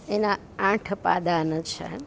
એનાં આઠ પાદાન છે